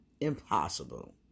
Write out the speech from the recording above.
Impossible